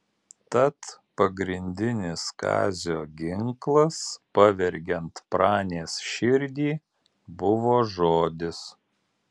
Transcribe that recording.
tad pagrindinis kazio ginklas pavergiant pranės širdį buvo žodis